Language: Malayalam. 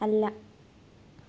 അല്ല